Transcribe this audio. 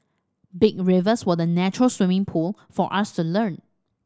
big rivers were the natural swimming pool for us to learn